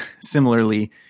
similarly